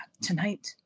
Tonight